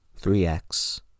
3x